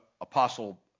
Apostle